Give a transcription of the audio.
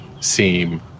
seem